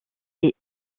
est